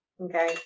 Okay